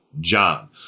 John